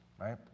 right